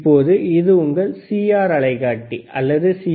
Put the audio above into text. இப்போது இது உங்கள் சிஆர் அலைக்காட்டி அல்லது சி